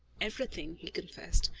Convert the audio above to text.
everything, he confessed.